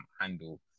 handle